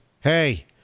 Hey